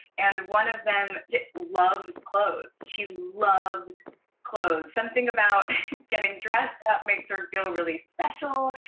and one of them loves clothes. she loves clothes. something about getting dressed up makes her feel really special.